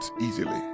easily